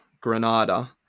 Granada